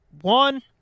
one